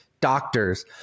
doctors